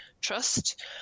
trust